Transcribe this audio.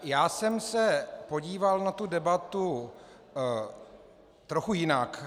Já jsem se podíval na tu debatu trochu jinak.